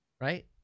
Right